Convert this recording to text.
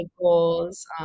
goals